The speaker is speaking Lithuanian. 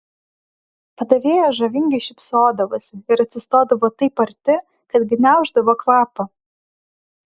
padavėjos žavingai šypsodavosi ir atsistodavo taip arti kad gniauždavo kvapą